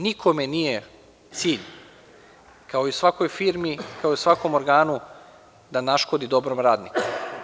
Nikome nije cilj, kao i u svakoj firmi, kao i u svakom organu, da naškodi dobrom radniku.